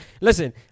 Listen